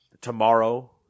Tomorrow